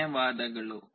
ಧನ್ಯವಾದಗಳು